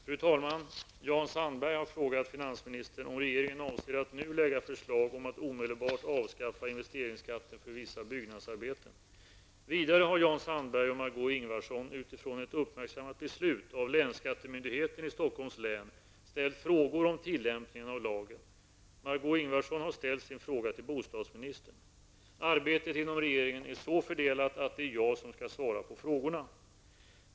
Fru talman! Jan Sandberg har frågat finansministern om regeringen avser att nu lägga fram förslag om att omedelbart avskaffa investeringsskatten för vissa byggnadsarbeten. Vidare har Jan Sandberg och Margó Ingvardsson utifrån ett uppmärksammat beslut av länsskattemyndigheten i Stockholms län ställt frågor om tillämpningen av lagen. Margó Ingvardsson har ställt msin fråga till bostadsministern. Arbetet inom regeringen är så fördelat att det är jag som skall svara på frågorna.